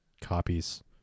copies